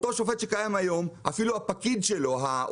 אותו שופט שקיים היום,